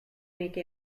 make